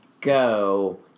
Go